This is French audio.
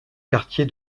quartier